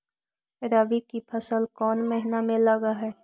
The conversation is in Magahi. रबी की फसल कोन महिना में लग है?